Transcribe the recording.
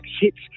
hits